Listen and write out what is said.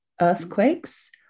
earthquakes